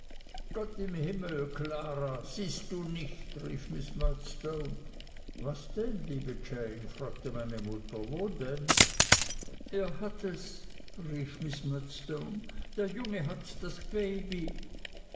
gott im himmel klara siehst du nicht rief miß murdstone aus was denn liebe jane fragte meine mutter wo denn er hat es rief miß murdstone der junge hat das baby